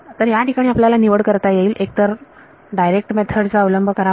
तर या ठिकाणी आपल्याला निवड करता येईल एकतर थेट पद्धती चा अवलंब करा